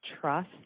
trust